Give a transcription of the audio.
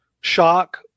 shock